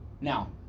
Now